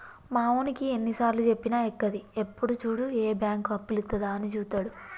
మావోనికి ఎన్నిసార్లుజెప్పినా ఎక్కది, ఎప్పుడు జూడు ఏ బాంకు అప్పులిత్తదా అని జూత్తడు